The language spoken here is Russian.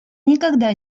никогда